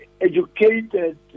educated